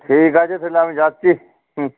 ঠিক আছে তালে আমি যাচ্ছি হুম